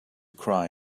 cry